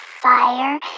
fire